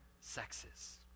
sexes